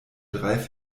drei